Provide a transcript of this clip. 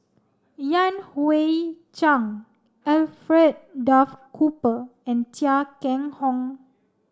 Yan Hui Chang Alfred Duff Cooper and Chia Keng Hock